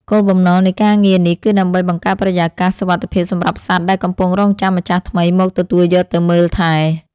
គោលបំណងនៃការងារនេះគឺដើម្បីបង្កើតបរិយាកាសសុវត្ថិភាពសម្រាប់សត្វដែលកំពុងរង់ចាំម្ចាស់ថ្មីមកទទួលយកទៅមើលថែ។